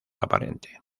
aparente